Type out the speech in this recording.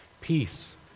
peace